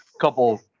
couple